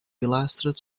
pilastres